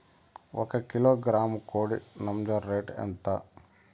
ఒక కిలోగ్రాము కోడి నంజర రేటు ఎంత?